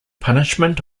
punishment